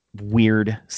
weird